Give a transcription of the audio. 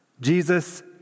Jesus